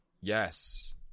Yes